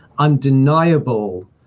undeniable